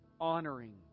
honoring